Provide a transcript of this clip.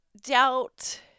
doubt